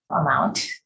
amount